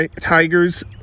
Tigers